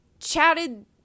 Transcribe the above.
chatted